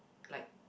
like